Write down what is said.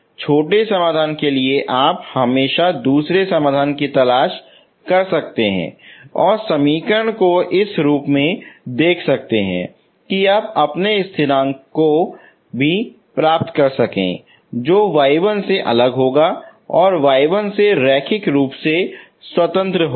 छोटे समाधान के लिए आप हमेशा दूसरे समाधान की तलाश कर सकते हैं और समीकरण को इस रूप में देख सकते हैं कि आप अपने स्थिरांक को भी प्राप्त कर सकते हैं जो y1 से अलग होगा और y1 से रैखिक रूप से स्वतंत्र होगा